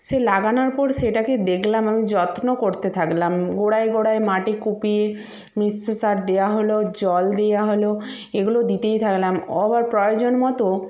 সে লাগানোর পর সেটাকে দেখলাম আমি যত্ন করতে থাকলাম গোড়ায় গোড়ায় মাটি কুপিয়ে মিশ্র সার দেওয়া হলো জল দেওয়া হলো এগুলো দিতেই থাকলাম ও আবার প্রয়োজন মতো